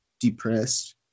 depressed